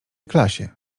klasie